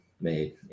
made